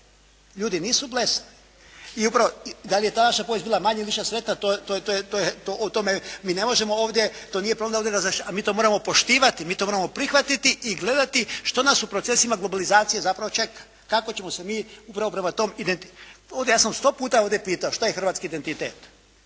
Ljudi nisu blesavi. I upravo, da li je ta naša povijest bila više ili manje sretna, to je, o tome mi ne možemo ovdje, to nije …/Govornik se ne razumije./… ali mi to moramo poštivati. Mi to moramo prihvatiti i gledati što nas u procesima globalizacije zapravo čeka. Kako ćemo se mi upravo prema tom identi… Ja sam sto puta ovdje pitao što je hrvatski identitet?